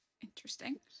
Interesting